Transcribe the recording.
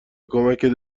کمکت